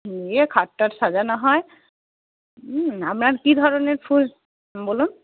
নিয়ে খাট টাট সাজানো হয় আপনার কী ধরনের ফুল বলুন